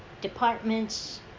departments